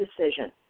decision